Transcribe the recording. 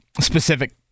specific